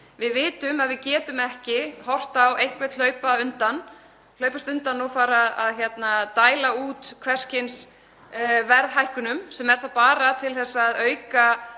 Við vitum að við getum ekki horft á einhvern hlaupast undan og fara að dæla út hvers kyns verðhækkunum sem eru bara til þess að auka